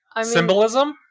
Symbolism